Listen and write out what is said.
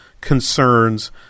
concerns